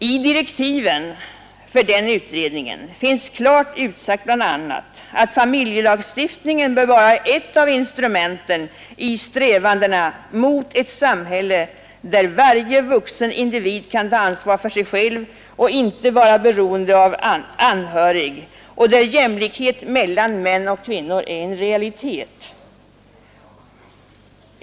I direktiven för den utredningen finns klart utsagt bl.a. att familjelagstiftningen bör vara ett av instrumenten i strävandena mot ett samhälle där varje vuxen individ kan ta ansvar för sig själv och inte behöver vara beroende av anhörig och där jämlikhet mellan män och kvinnor är en realitet.